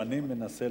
אני מנסה,